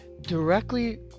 directly